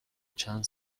چند